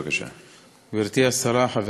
אני מבקש סליחה, אדוני השר.